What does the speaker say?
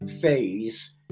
phase